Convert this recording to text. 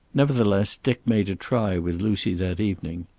nevertheless, dick made a try with lucy that evening.